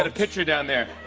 ah pitcher down there.